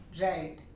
Right